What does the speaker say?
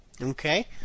Okay